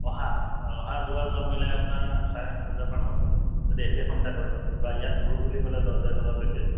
অহা অহা যোৱা সব মিলাই আপোনাৰ চাৰে সাত হাজাৰমান হ'ব যদি একেখনতে কৰে বা ইয়াত কৰো বুলি ক'লে দছ হোজাৰ টকা পেকেজ